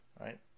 Right